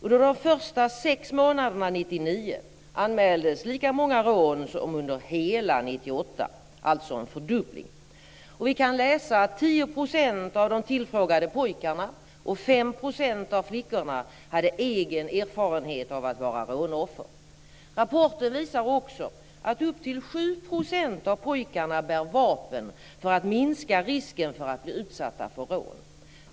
Under de första sex månaderna 1999 anmäldes lika många rån som under hela 1998, alltså en fördubbling. Vi kan läsa att 10 % av de tillfrågade pojkarna och 5 % av flickorna hade egen erfarenhet av att vara rånoffer. Rapporten visar också att upp till 7 % av pojkarna bär vapen för att minska risken för att bli utsatta för rån.